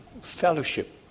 fellowship